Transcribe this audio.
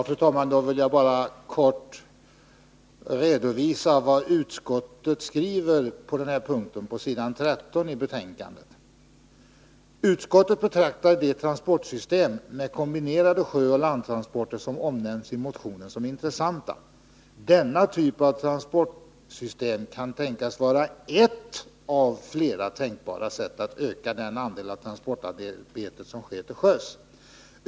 Fru talman! Då vill jag bara kort redovisa vad utskottet skriver på SE ”Utskottet betraktar de transportsystem med kombinerade sjöoch landtransporter som omnämns i motionen som intressanta. Denna typ av transportsystem kan tänkas vara ett av flera tänkbara sätt att öka den andel av transportarbetet som sker till sjöss.